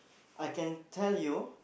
I can tell you